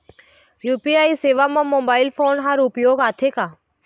UPI सेवा म mobile phone हर उपयोग आथे का?